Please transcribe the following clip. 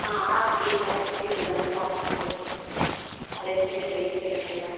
हाँ हाँ ठीक है अच्छे ही से बनेगा आपका फोटो हर एक चीज सही से रहेगा